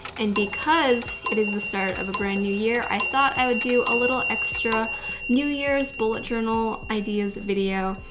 and because it is the start of a brand new year, i thought i would do a little extra new year's bullet journal ideas video.